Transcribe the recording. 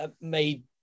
made